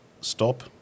stop